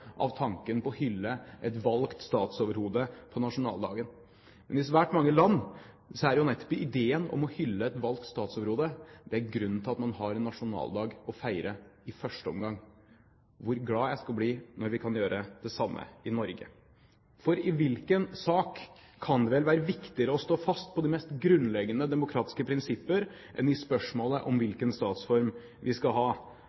av tanken på å hylle et valgt statsoverhode på nasjonaldagen. Men i svært mange land er det jo nettopp ideen om å hylle et valgt statsoverhode grunnen til at man har en nasjonaldag å feire i første omgang. Så glad jeg skal bli når vi kan gjøre det samme i Norge! For i hvilken sak kan det vel være viktigere å stå fast på de mest grunnleggende demokratiske prinsipper enn i spørsmålet om hvilken statsform vi skal ha?